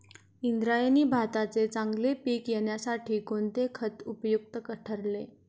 इंद्रायणी भाताचे चांगले पीक येण्यासाठी कोणते खत उपयुक्त ठरेल?